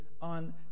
on